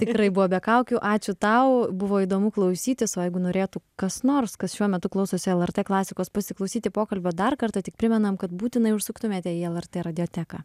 tikrai buvo be kaukių ačiū tau buvo įdomu klausytis o jeigu norėtų kas nors kas šiuo metu klausosi lrt klasikos pasiklausyti pokalbio dar kartą tik primenam kad būtinai užsuktumėte į lrt radioteką